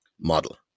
model